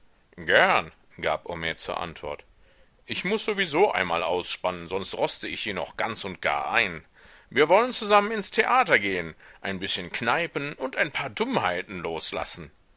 gern gab homais zur antwort ich muß sowieso einmal ausspannen sonst roste ich hier noch ganz und gar ein wir wollen zusammen ins theater gehen ein bißchen kneipen und ein paar dummheiten loslassen